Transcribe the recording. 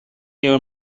your